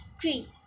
tree